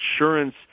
insurance